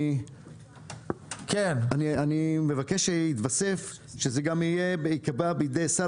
אני מבקש שיתווסף שזה גם ייקבע בידי שר